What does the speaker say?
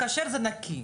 כשר זה נקי.